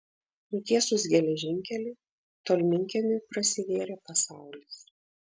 nutiesus geležinkelį tolminkiemiui prasivėrė pasaulis